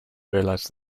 realized